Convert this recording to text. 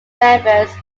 members